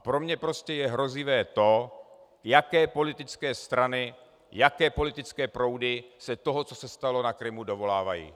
Pro mě prostě je hrozivé to, jaké politické strany, jaké politické proudy se toho, co se stalo na Krymu, dovolávají.